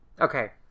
okay